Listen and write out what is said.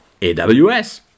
AWS